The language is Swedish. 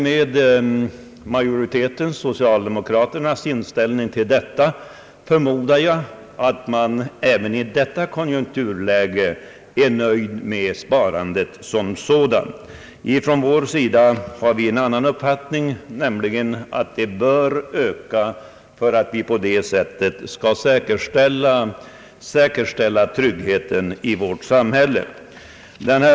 Med majoritetens — socialdemokraternas — inställning till detta förmodar jag att man även i detta konjunkturläge är nöjd med sparandet som sådant. Vi på vår sida har en annan uppfattning, nämligen att sparandet bör öka för att vi på det sättet skall kunna säkerställa tryggheten i vårt samhälle.